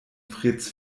freds